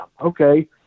okay